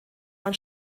man